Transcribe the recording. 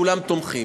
כולם תומכים.